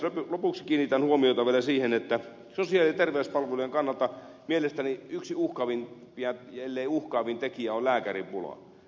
lopuksi kiinnitän huomiota vielä siihen että sosiaali ja terveyspalveluiden kannalta mielestäni yksi uhkaavimpia tekijöitä ellei uhkaavin on lääkäripula